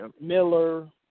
Miller